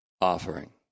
offering